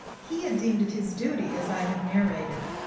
he had deemed it his duty, as i have narrated,